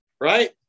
right